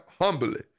humbly